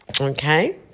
Okay